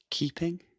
Keeping